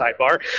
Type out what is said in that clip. sidebar